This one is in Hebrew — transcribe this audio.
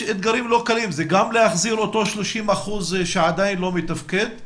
זה גם להחזיר את אותם 30 אחוזים שעדיין לא מתפקדים